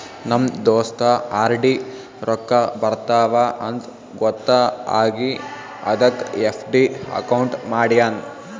ನಮ್ ದೋಸ್ತ ಆರ್.ಡಿ ರೊಕ್ಕಾ ಬರ್ತಾವ ಅಂತ್ ಗೊತ್ತ ಆಗಿ ಅದಕ್ ಎಫ್.ಡಿ ಅಕೌಂಟ್ ಮಾಡ್ಯಾನ್